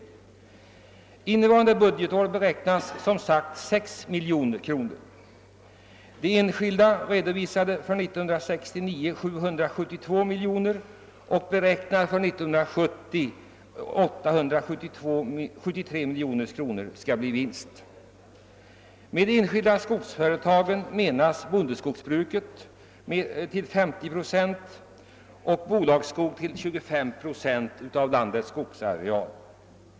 För innevarande budgetår beräknas som sagt 6 miljoner kronor i vinst för domänverket. De enskilda skogsföretagen redovisade för 1969 772 miljoner och beräknar för 1970 att vinsten skall bli sammanlagt 873 miljoner kronor. Med de enskilda skogsföretagen menas bondeskogsbruket till 50 procent och bolagsskog till 23 procent av landets skogsareal.